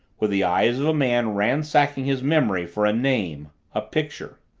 with the eyes of a man ransacking his memory for a name a picture.